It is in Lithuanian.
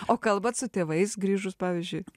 o kalbat su tėvais grįžus pavyzdžiui